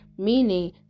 meaning